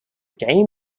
game